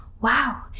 wow